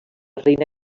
reina